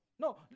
No